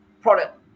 product